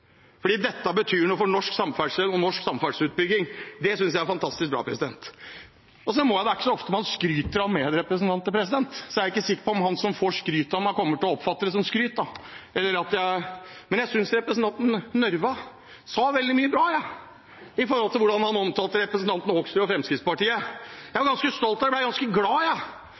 dette betyr noe for norsk samferdsel og norsk samferdselsutbygging. Det synes jeg er fantastisk bra. Det er ikke så ofte man skryter av medrepresentanter, og jeg er ikke sikker på om han som får skryt av meg, kommer til å oppfatte det som skryt, men jeg synes at representanten Nævra sa veldig mye bra da han omtalte representanten Hoksrud og Fremskrittspartiet. Jeg var ganske stolt, og jeg ble ganske glad, jeg!